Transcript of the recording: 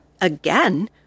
Again